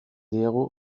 diegu